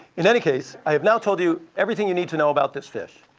in any case, i have now told you everything you need to know about this fish.